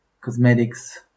cosmetics